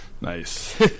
Nice